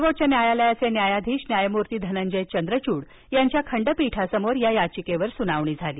सर्वोच्च न्यायालयाचे न्यायाधीश न्यायमूर्ती धनंजय चंद्रचूड यांच्या खंठपीठासमोर याचिकेवर सुनावणी झाली